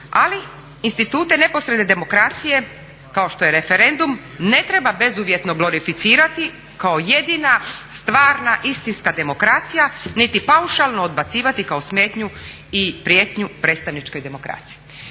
Ali, institute neposredne demokracije kao što je referendum ne treba bezuvjetno glorificirati kao jedina stvarna istinska demokracija niti paušalno odbacivati kao smetnju i prijetnju predstavničkoj demokraciji.